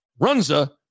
Runza